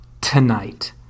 Tonight